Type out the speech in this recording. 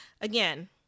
again